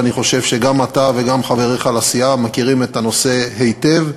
ואני חושב שגם אתה וגם חבריך לסיעה מכירים את הנושא היטב.